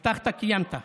הבטחת, קיימת.